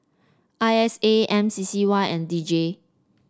I S A M C C Y and D J